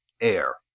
Air